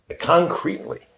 concretely